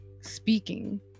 speaking